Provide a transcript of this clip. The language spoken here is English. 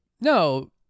no